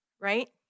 right